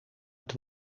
het